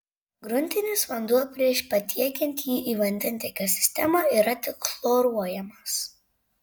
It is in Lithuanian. gruntinis vanduo prieš patiekiant jį į vandentiekio sistemą yra tik chloruojamas